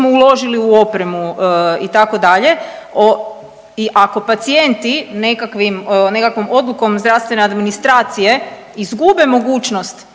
uložili u opremu itd. I ako pacijenti nekakvom odlukom zdravstvene administracije izgube mogućnost